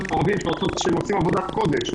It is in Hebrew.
שעושות עבודת קודש,